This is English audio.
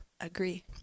agree